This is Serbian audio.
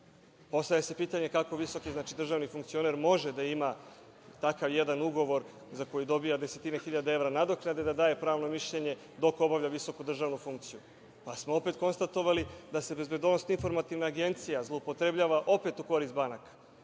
Postavlja se pitanje kako visoki državni funkcioner može da ima takav jedan ugovor za koji dobija desetine hiljda evra nadoknade, da daje pravno mišljenje dok obavlja visoku državnu funkciju? Opet smo konstatovali da se BIA zloupotrebljava opet u korist banaka